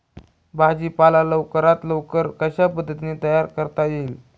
भाजी पाला लवकरात लवकर कशा पद्धतीने तयार करता येईल?